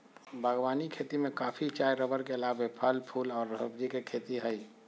बागवानी खेती में कॉफी, चाय रबड़ के अलावे फल, फूल आर सब्जी के खेती हई